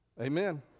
Amen